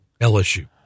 LSU